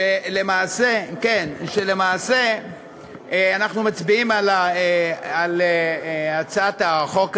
למעשה אנחנו מצביעים על הצעת החוק הזו,